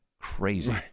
Crazy